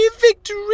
victory